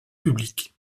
publique